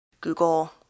Google